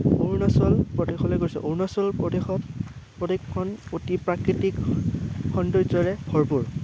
অৰুণাচল প্ৰদেশলৈ গৈছোঁ অৰুণাচল প্ৰদেশত প্ৰদেশখন অতি প্ৰাকৃতিক সৌন্দৰ্যৰে ভৰপূৰ